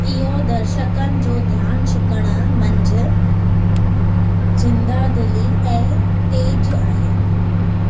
इहो दर्शकनि जो ध्यानु छिकणु मंझि जिंदादिली ऐं तेज आहे